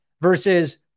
Versus